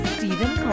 Stephen